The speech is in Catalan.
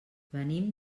venim